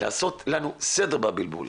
לעשות לנו סדר בבלבול,